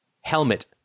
helmet